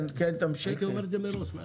הייתי אומר את זה מראש.